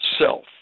self